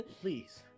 please